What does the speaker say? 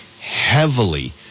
heavily